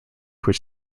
which